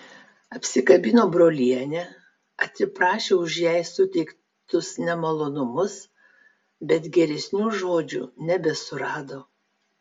apsikabino brolienę atsiprašė už jai suteiktus nemalonumus bet geresnių žodžių nebesurado